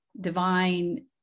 divine